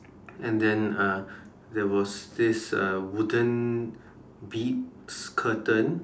and then uh there was this uh wooden beads curtain